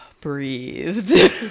breathed